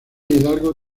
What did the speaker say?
hidalgo